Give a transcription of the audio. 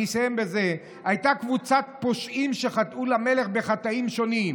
הייתה קבוצת פושעים שחטאו למלך בחטאים שונים: